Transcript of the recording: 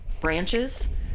branches